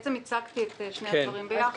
בעצם הצגתי את שני הדברים ביחד.